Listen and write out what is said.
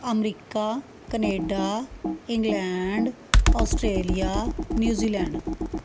America Canada England Australia New Zealand